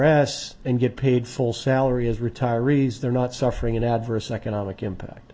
s and get paid full salary as retirees they're not suffering an adverse economic impact